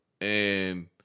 And-